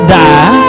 die